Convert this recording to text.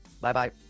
Bye-bye